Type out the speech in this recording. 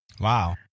Wow